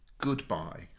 Goodbye